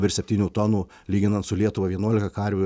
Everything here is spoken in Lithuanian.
virš septynių tonų lyginant su lietuva vienuolika karvių